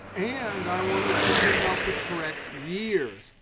and i want it to pick out the correct years.